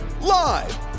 live